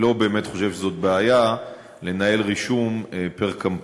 אני לא באמת חושב שזאת בעיה לנהל רישום פר-קמפיין.